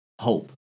hope